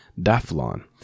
Daphlon